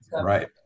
Right